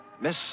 Miss